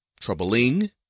troubling